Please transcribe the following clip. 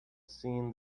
seen